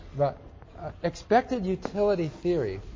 but expected utility theory